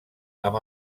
amb